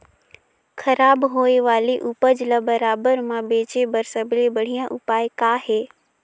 खराब होए वाले उपज ल बाजार म बेचे बर सबले बढ़िया उपाय का हे?